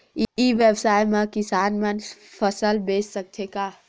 ई व्यवसाय म किसान मन फसल बेच सकथे का?